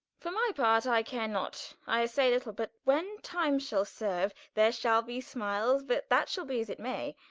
for my part, i care not i say little but when time shall serue, there shall be smiles, but that shall be as it may.